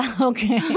Okay